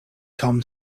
tom